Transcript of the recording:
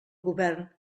govern